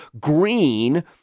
green